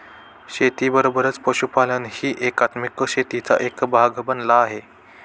शेतीबरोबरच पशुपालनही एकात्मिक शेतीचा भाग बनला आहे